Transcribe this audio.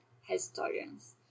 historians